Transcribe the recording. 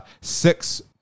six